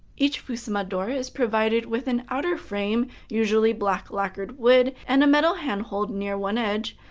each fusuma door is provided with an outer frame, usually black lacquered wood, and a metal handhold near one edge,